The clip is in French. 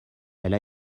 elle